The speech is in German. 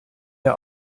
der